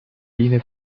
linee